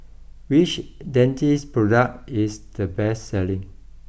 which Dentiste product is the best selling